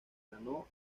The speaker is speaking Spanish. ganó